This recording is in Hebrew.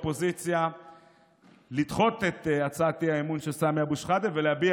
אופוזיציה לדחות את הצעת האי-אמון של סמי אבו שחאדה ולהביע